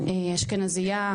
אשכנזייה,